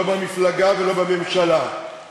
לא במפלגה ולא בממשלה,